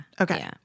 Okay